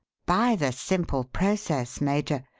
by the simple process, major,